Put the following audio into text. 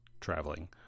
traveling